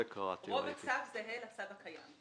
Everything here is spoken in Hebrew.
רוב הצו זהה לצו הקיים.